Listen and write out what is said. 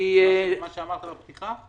אני -- זה לגבי מה שאמרת בפתיחה?